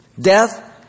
death